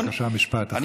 בבקשה, משפט אחד.